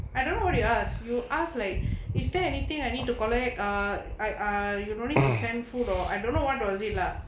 I don't what you ask you ask like is there anything I need to collect ah I ah I are you need to send food or I don't know what was it's lah